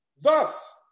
Thus